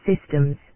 systems